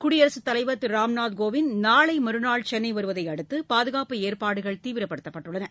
குடியரசுத் தலைவர் திரு ராம்நாத் கோவிந்த் நாளை மறுநாள் சென்னை வருவதையடுத்து பாதுகாப்பு ஏற்பாடுகள் தீவிரப்படுத்தப்பட்டுள்ளன